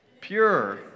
Pure